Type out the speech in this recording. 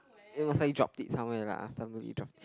it was like drop it somewhere lah somebody drop